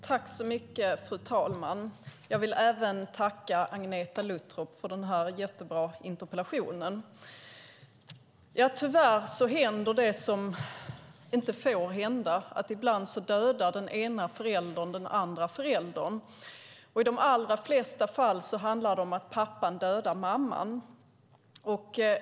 Fru talman! Jag till tacka Agneta Luttropp för denna mycket bra interpellation. Tyvärr händer det som inte får hända. Ibland dödar den ena föräldern den andra föräldern. I de allra flesta fall handlar det om att pappan dödar mamman.